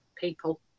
people